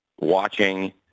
watching